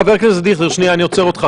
חבר הכנסת דיכטר, שנייה אני עוצר אותך.